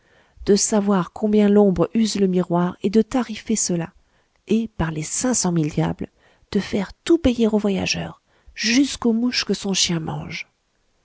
de savoir de combien l'ombre use le miroir et de tarifer cela et par les cinq cent mille diables de faire tout payer au voyageur jusqu'aux mouches que son chien mange